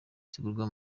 zigurwa